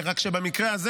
רק שבמקרה הזה,